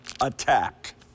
attack